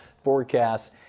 forecasts